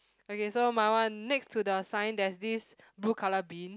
okay so my one next to the sign there is this blue colour bin